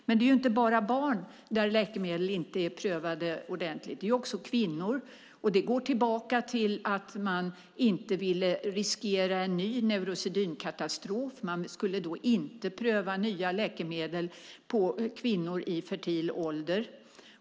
Men det är inte bara på barn som läkemedel inte är prövade ordentligt. Det gäller också kvinnor. Det går tillbaka till att man inte ville riskera en ny neurosedynkatastrof. Man skulle då inte pröva nya läkemedel på kvinnor i fertil ålder.